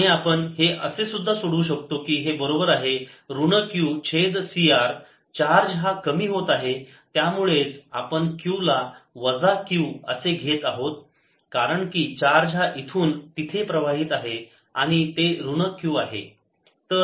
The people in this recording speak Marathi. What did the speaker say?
VIR VRI dQdt QCR आणि आपण हे असे सुद्धा सोडवू शकतो की हे बरोबर आहे ऋण Q छेद CR चार्ज हा कमी होत आहे त्यामुळेच आपण Q ला वजा Q असे घेत आहोत कारण की चार्ज हा इथून तिथे प्रवाहित आहे आणि ते ऋण Q आहे